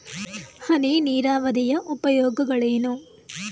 ಹನಿ ನೀರಾವರಿಯ ಉಪಯೋಗಗಳೇನು?